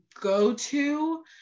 go-to